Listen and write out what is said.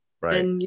Right